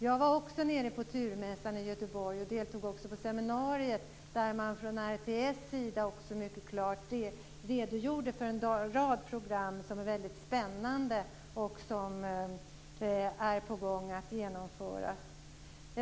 Jag var också nere på Turmässan i Göteborg och deltog också på seminariet där man från RTS sida också mycket klart redogjorde för en rad program som är väldigt spännande och som är på gång att genomföras.